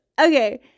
okay